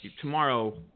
tomorrow